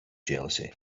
jealousy